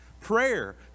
Prayer